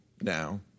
now